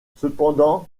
cependant